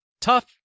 Tough